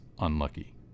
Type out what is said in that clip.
unlucky